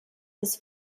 his